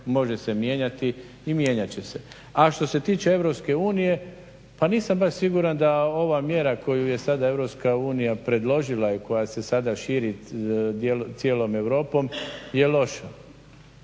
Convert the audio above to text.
može se mijenjati i mijenja će se. A što se tiče EU pa nisam baš siguran da ova mjera koju je sada EU predložila i koja se sada širi cijelom Europom je loša.